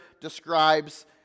describes